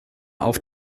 auf